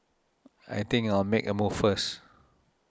I think I'll make a move first